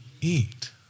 Eat